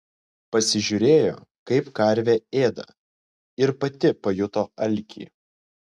pasižiūrėjo kaip karvė ėda ir pati pajuto alkį